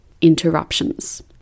interruptions